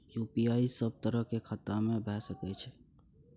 UPI सब तरह के खाता में भय सके छै?